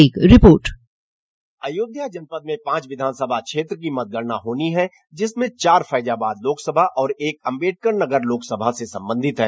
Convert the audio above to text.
एक रिपोर्ट अयोध्या जनपद में पांच विधानसभा क्षेत्र की मतगणना होनी है जिसमें चार फैजाबाद लोकसभा और एक अम्बेडकरनगर लोकसभा से सम्बंधित है